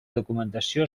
documentació